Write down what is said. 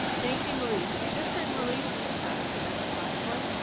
thank you malesse. you just heard malesse's path to this platform.